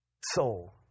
soul